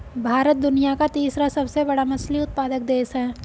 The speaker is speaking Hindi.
भारत दुनिया का तीसरा सबसे बड़ा मछली उत्पादक देश है